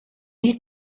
need